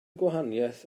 gwahaniaeth